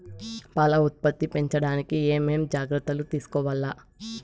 పాల ఉత్పత్తి పెంచడానికి ఏమేం జాగ్రత్తలు తీసుకోవల్ల?